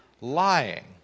lying